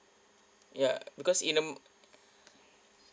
yeah because in the